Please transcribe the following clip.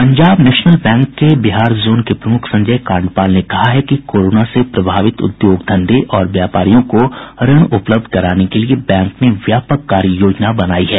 Punjab national bank के Bihar zone के प्रमुख संजय कांडपाल ने कहा है कि कोरोना से प्रभावित उद्योग धंधे और व्यापारियों को ऋण उपलब्ध कराने के लिये बैंक ने व्यापक कार्ययोजना बनाई है